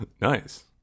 Nice